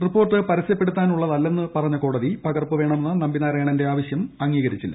report പരസ്യപ്പെടുത്താനുള്ളതല്ലെന്ന് പറഞ്ഞ കോടതി പകർപ്പ് വേണമെന്ന നമ്പി നാരായണന്റെ ആവശ്യവും അംഗീകരിച്ചില്ല